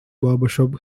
barbershop